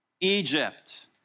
Egypt